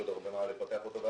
יש עוד הרבה מה לפתח אותו.